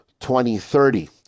2030